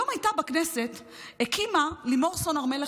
היום לימור סון הר מלך,